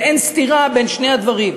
ואין סתירה בין שני הדברים.